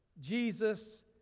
Jesus